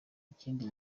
ikindi